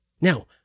Now